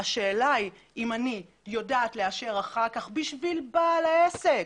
השאלה היא אם אני יודעת לאשר אחר כך בשביל בעל העסק.